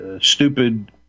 stupid